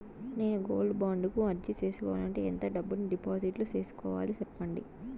నేను gold bond కు అర్జీ సేసుకోవాలంటే ఎంత డబ్బును డిపాజిట్లు సేసుకోవాలి సెప్పండి